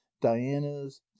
dianas